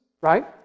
right